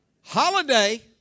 Holiday